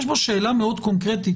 יש פה שאלה מאוד קונקרטית,